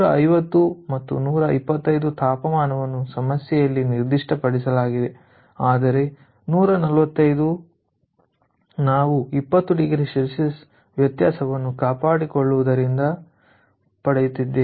150 ಮತ್ತು 125 ತಾಪಮಾನವನ್ನು ಸಮಸ್ಯೆಯಲ್ಲಿ ನಿರ್ದಿಷ್ಟಪಡಿಸಲಾಗಿದೆ ಆದರೆ 145ಡಿಗ್ರಿ ನಾವು 20oC ವ್ಯತ್ಯಾಸವನ್ನು ಕಾಪಾಡಿಕೊಳ್ಳುತ್ತಿರುವುದರಿಂದ ಪಡೆಯುತ್ತಿದ್ದೇವೆ